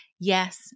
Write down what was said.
Yes